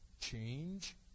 change